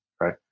right